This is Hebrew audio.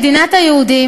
מדינת היהודים,